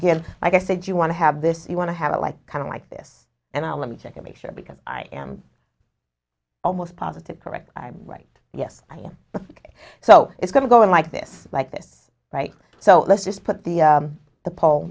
again like i said you want to have this you want to have like kind of like this and i'll let me check to make sure because i am almost positive correct i'm right yes i am so it's going to go in like this like this right so let's just put the the pole